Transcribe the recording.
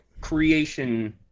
creation